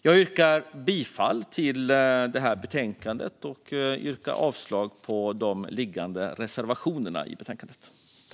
Jag yrkar bifall till förslaget i betänkandet och avslag på reservationerna i betänkandet.